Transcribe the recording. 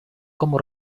como